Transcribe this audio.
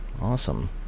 awesome